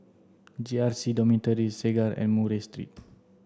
J R C Dormitory Segar and Murray Street